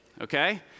okay